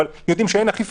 אבל יידעו שאין אכיפה,